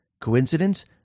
Coincidence